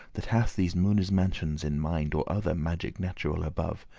that hath these moone's mansions in mind, or other magic natural above.